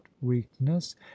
weakness